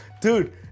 Dude